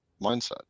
mindset